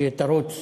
שתרוץ